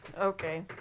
Okay